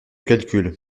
calcul